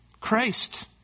Christ